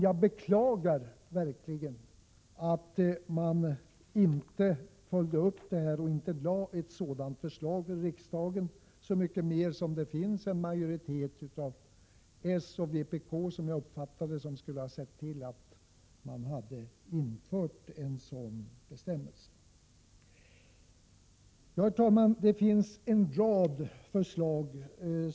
Jag beklagar verkligen att bostadsministern inte lade fram det förslaget för riksdagen, så mycket mer som det finns en majoritet av socialdemokrater och kommunister, som jag uppfattar det, som skulle ha sett till att en sådan bestämmelse blivit införd. Herr talman!